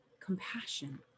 compassion